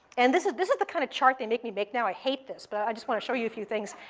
and this is this is the kind of chart they make me make now. i hate this, but i just want to show you a few things.